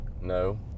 No